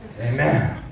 Amen